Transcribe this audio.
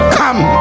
come